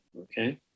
Okay